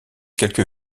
quelques